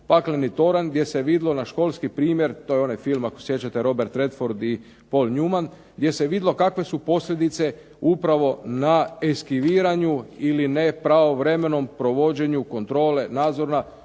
pakleni toranj gdje se vidjelo na školski primjer, to je onaj film ako sjećate Rober Redford i Paul Newman gdje se vidjelo kakve su posljedice upravo na eskiviranju ili nepravovremenom provođenju kontrole nadzora,